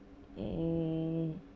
mm